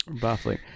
Baffling